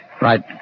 Right